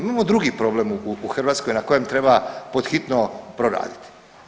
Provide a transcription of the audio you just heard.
Imamo drugi problem u Hrvatskoj na kojem treba pod hitno poraditi.